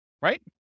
right